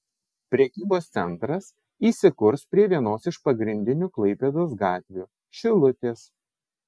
prekybos centras įsikurs prie vienos iš pagrindinių klaipėdos gatvių šilutės